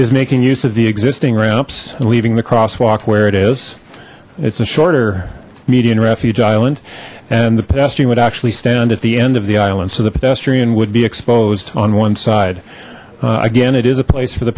is making use of the existing ramps and leaving the crosswalk where it is it's a shorter median refuge island and the pedestrian would actually stand at the end of the island so the pedestrian would be exposed on one side again it is a place for the